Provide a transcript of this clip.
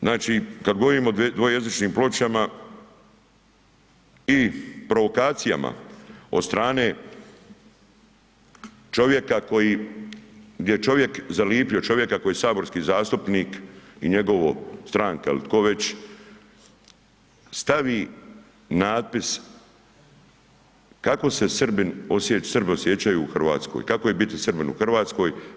Znači kad govorimo o dvojezičnim pločama i provokacijama od strane čovjeka koji, gdje je zalipio čovjeka koji je saborski zastupnik i njegovo, stranka ili tko već stavi natpis kako se Srbin osjeća, Srbi osjećaju u Hrvatskoj, kako je biti Srbin u Hrvatskoj.